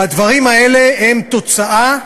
הדברים האלה הם תוצאה,